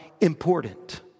important